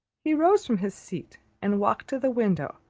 he rose from his seat, and walked to the window,